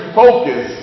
focus